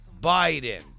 Biden